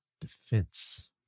defense